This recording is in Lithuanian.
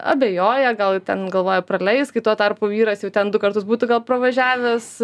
abejoja gal ten galvoja praleis kai tuo tarpu vyras jau ten du kartus būtų gal pravažiavęs